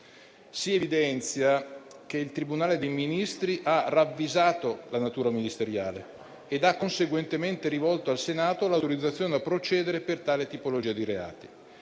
Si evidenzia che il tribunale dei Ministri ha ravvisato la natura ministeriale ed ha conseguentemente rivolto al Senato l'autorizzazione a procedere per tale tipologia di reati.